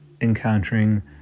encountering